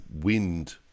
wind